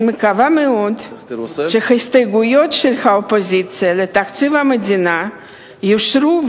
אני מקווה מאוד שההסתייגויות של האופוזיציה לתקציב המדינה יאושרו,